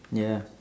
ya